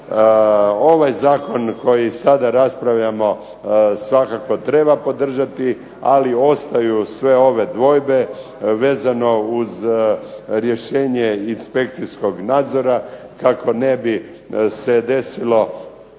Ovaj zakon koji sada raspravljamo svakako treba podržati, ali ostaju sve ove dvojbe vezano uz rješenje inspekcijskog nadzora kako se ne bi desilo